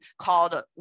called